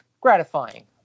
gratifying